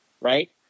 Right